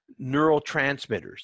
Neurotransmitters